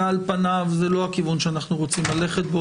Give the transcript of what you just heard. ועל פניו זה לא הכיוון שאנחנו רוצים ללכת בו.